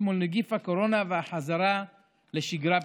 מול נגיף הקורונה והחזרה לשגרה בטוחה.